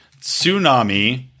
tsunami